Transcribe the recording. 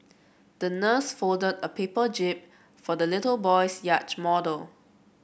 the nurse folded a paper jib for the little boy's yacht model